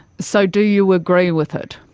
so do you agree with it?